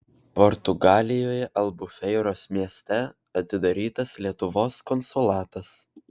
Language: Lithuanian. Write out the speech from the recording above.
portugalijoje albufeiros mieste atidarytas lietuvos konsulatas